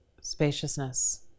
Spaciousness